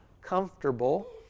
comfortable